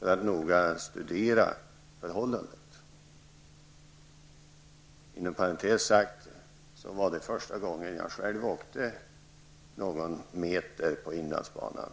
för att noga studera förhållandena. I förbigående sagt var det första gången jag åkte någon sträcka på inlandsbanan.